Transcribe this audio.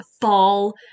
fall